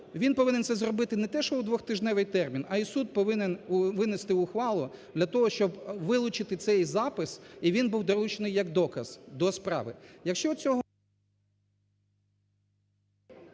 він повинен це зробити не те, що у двотижневий термін, а і суд повинен винести ухвалу для того, щоб вилучити цей запис, і він був долучений як доказ до справи.